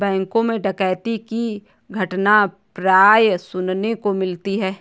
बैंकों मैं डकैती की घटना प्राय सुनने को मिलती है